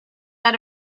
out